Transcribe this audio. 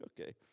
okay